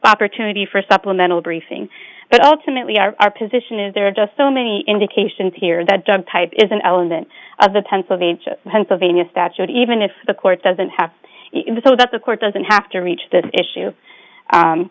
opportunity for supplemental briefing but ultimately our position is there are just so many indications here that drug type is an element of the pennsylvania pennsylvania statute even if the court doesn't have to so that the court doesn't have to reach this issue